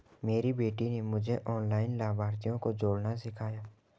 मेरी बेटी ने मुझे ऑनलाइन लाभार्थियों को जोड़ना सिखाया